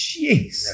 jeez